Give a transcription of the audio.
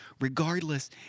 regardless